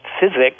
physics